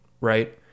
right